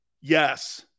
Yes